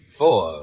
four